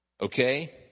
Okay